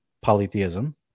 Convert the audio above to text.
polytheism